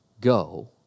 Go